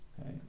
Okay